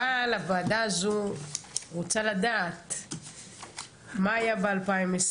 אבל הוועדה הזו רוצה לדעת מה היה ב-2020,